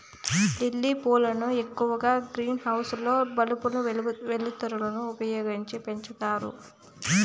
lily పూలను ఎక్కువగా green house లలో బల్బుల వెలుతురును ఉపయోగించి పెంచుతారు